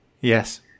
Yes